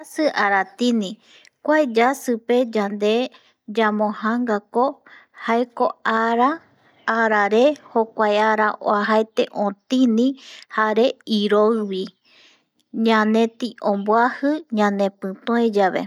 Yasɨ aratini kuae yasɨpe yane yamo janga ko jaeko arare jokuae ara uajaete otini jare iroi bi ñaneti onbuaji ñanepitue yave